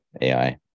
AI